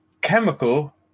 chemical